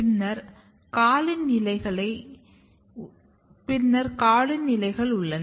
பின்னர் காலின் இலைகள் உள்ளன